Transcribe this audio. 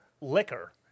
liquor